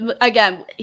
Again